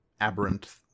aberrant